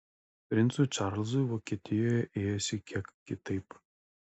princui čarlzui vokietijoje ėjosi kiek kitaip